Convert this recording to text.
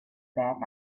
back